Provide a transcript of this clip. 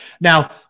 Now